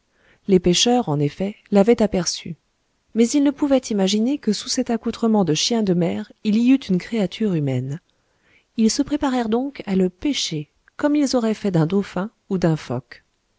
les pêcheurs en effet l'avaient aperçu mais ils ne pouvaient imaginer que sous cet accoutrement de chien de mer il y eût une créature humaine ils se préparèrent donc à le pêcher comme ils auraient fait d'un dauphin ou d'un phoque